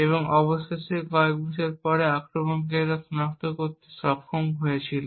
এবং অবশেষে কয়েক বছর পরে আক্রমণকারীরা সনাক্ত করতে সক্ষম হয়েছিল